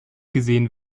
gesehen